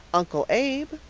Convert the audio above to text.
uncle abe,